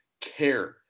care